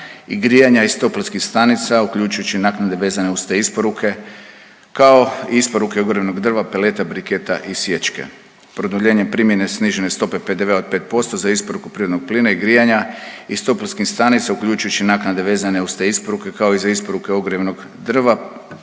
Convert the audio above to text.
i grijanja iz toplinskih stanica, uključujući i naknade vezane uz te isporuke, kao i isporuke ogrjevnog drva, peleta, briketa i sječke. Produljenjem primjene snižene stope PDV-a od 5% za isporuku prirodnog plina i grijanja iz toplinskih stanica uključujući i naknade vezane uz te isporuke, kao i za isporuke ogrjevnog drva,